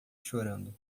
chorando